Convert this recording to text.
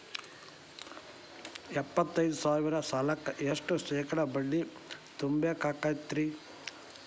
ಎಪ್ಪತ್ತೈದು ಸಾವಿರ ಸಾಲಕ್ಕ ಎಷ್ಟ ಶೇಕಡಾ ಬಡ್ಡಿ ತುಂಬ ಬೇಕಾಕ್ತೈತ್ರಿ?